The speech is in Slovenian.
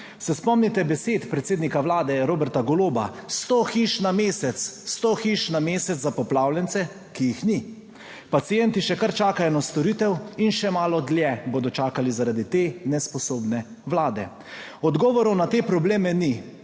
Se spomnite besed predsednika vlade Roberta Goloba? Sto hiš na mesec, sto hiš na mesec za poplavljence, ki jih ni. Pacienti še kar čakajo na storitev in še malo dlje bodo čakali zaradi te nesposobne Vlade. Odgovorov na te probleme ni,